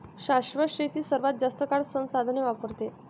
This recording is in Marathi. शाश्वत शेती सर्वात जास्त काळ संसाधने वापरते